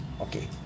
okay